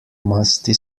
musty